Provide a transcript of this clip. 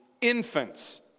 infants